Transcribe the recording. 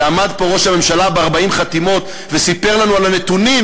כשעמד פה ראש הממשלה בנאום 40 חתימות וסיפר לנו על הנתונים.